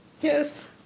Yes